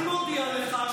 אז אני מודיע לך שלא.